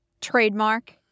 trademark